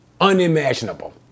unimaginable